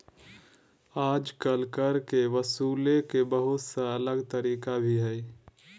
आजकल कर के वसूले के बहुत सा अलग तरीका भी हइ